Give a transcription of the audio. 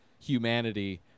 humanity